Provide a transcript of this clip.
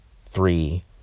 three